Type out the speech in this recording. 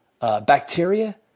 bacteria